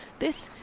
this